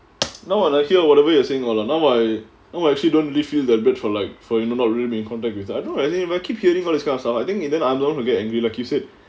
now I like hear whatever you are saying all lah now I actually don't really feel that bad for like for you know not really be in contact with I don't know as in if I keep hearing all this kind of stuff I think in the end I'm the [one] who get angry like you said